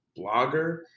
blogger